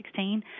2016